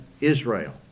Israel